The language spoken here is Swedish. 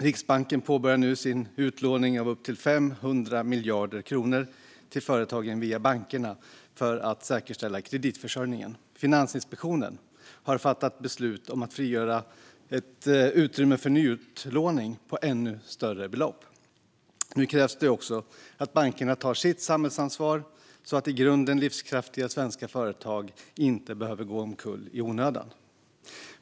Riksbanken påbörjar nu sin utlåning av upp till 500 miljarder kronor till företagen via bankerna för att säkerställa kreditförsörjningen. Finansinspektionen har fattat beslut om att frigöra ett utrymme för nyutlåning på ännu större belopp. Nu krävs det också att bankerna tar sitt samhällsansvar så att i grunden livskraftiga svenska företag inte behöver gå omkull i onödan.